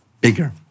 bigger